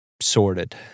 sorted